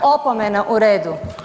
Opomena u redu.